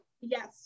Yes